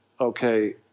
okay